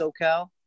SoCal